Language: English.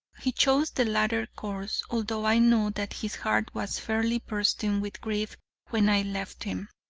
he chose the latter course, although i know that his heart was fairly bursting with grief when i left him.